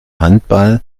handball